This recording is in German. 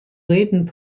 reden